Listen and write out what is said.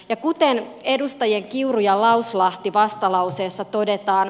ja kuten edustajien kiuru ja lauslahti vastalauseessa todetaan